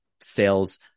sales